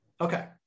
Okay